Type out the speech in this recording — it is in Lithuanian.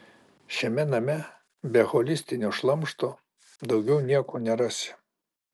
šiame name be holistinio šlamšto daugiau nieko nerasi